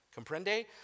Comprende